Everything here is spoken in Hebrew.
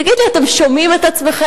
תגידו לי, אתם שומעים את עצמכם?